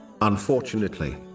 Unfortunately